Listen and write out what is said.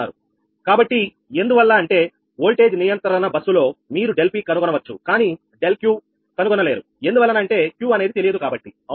కాబట్టి ఎందువల్ల అంటే ఓల్టేజ్ నియంత్రణ బస్సులో మీరు ∆𝑃 కనుగొనవచ్చు కానీ ∆Q కనుగొను లేరు ఎందువలన అంటే Q అనేది తెలియదు కాబట్టి అవునా